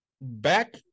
back